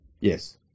Yes